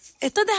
¿Esto